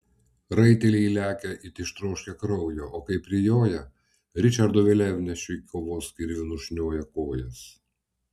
raiteliai lekia it ištroškę kraujo o kai prijoja ričardo vėliavnešiui kovos kirviu nušnioja kojas